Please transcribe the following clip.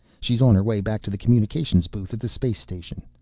she's on her way back to the communications booth at the space station.